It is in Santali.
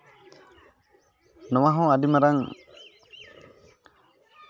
ᱱᱚᱣᱟ ᱦᱚᱸ ᱟᱹᱰᱤ ᱢᱟᱨᱟᱝ